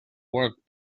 work